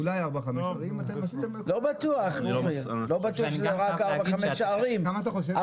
אבל אני לא ודע באמת מה ההגדרה.